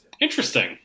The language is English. Interesting